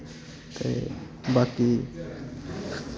ते बाकी